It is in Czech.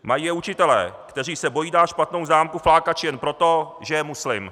Mají je učitelé, kteří se bojí dát špatnou známku flákači jen proto, že je muslim.